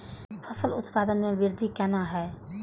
फसल उत्पादन में वृद्धि केना हैं?